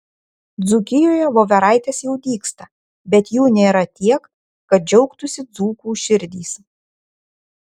dzūkijoje voveraitės jau dygsta bet jų nėra tiek kad džiaugtųsi dzūkų širdys